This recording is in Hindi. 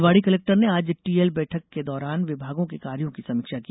निवाड़ी कलेक्टर ने आज टीएल बैठक के दौरान विभागों के कार्यों की समीक्षा की